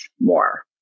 more